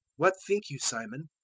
what think you, simon?